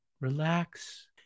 Relax